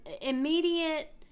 immediate